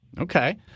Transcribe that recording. Okay